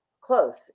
Close